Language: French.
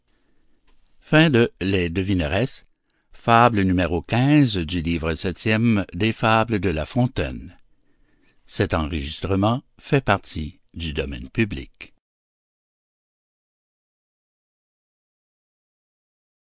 les fables de la fontaine